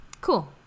cool